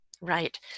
Right